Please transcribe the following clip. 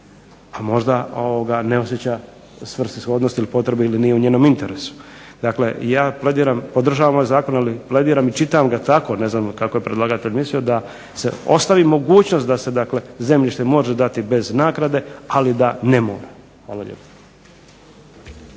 a možda ne osjeća svrsishodnost ili potrebu ili nije u njenom interesu. Dakle ja plediram, podržavam ovaj zakon, ali plediram i čitam ga tako, ne znam kako je predlagatelj mislio da se ostavi mogućnost da se dakle zemljište može dati bez naknade, ali da ne mora. Hvala lijepa.